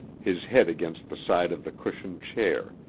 his head against the side of the cushioned chair,